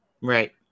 Right